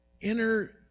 inner